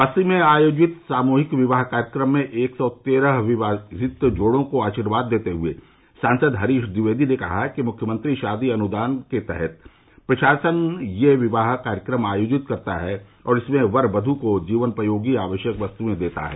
बस्ती में आयोजित सामूहिक विवाह कार्यक्रम में एक सौ तेरह विवाहित जोड़ो को आशीर्वाद देते हुए सांसद हरीश ट्विवेदी ने कहा कि मुख्यमंत्री शादी अनुदान के तहत प्रशासन यह विवाह कार्यक्रम आयोजित करता है और इसमें वर व्यू को जीवनोपयोगी आवश्यक वस्तुएं देता है